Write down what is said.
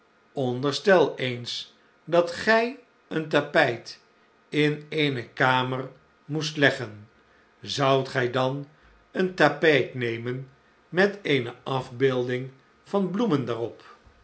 onderstel eens dat gij een tapijt in eene kamer moest leggen zoudt gij dan een tapijt neslechte tijdbn men met eene af beelding van